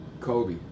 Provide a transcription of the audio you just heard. Kobe